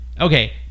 okay